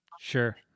Sure